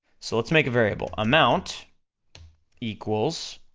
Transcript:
so let's make a variable, amount equals